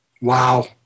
Wow